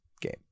game